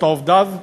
את עובדיו,